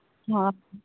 ꯑꯣ